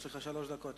יש לך שלוש דקות.